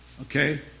Okay